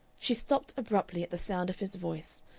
she stopped abruptly at the sound of his voice,